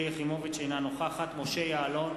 אינה נוכחת משה יעלון,